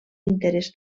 interès